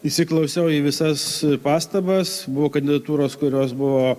įsiklausiau į visas pastabas buvo kandidatūros kurios buvo